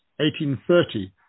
1830